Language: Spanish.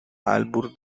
albur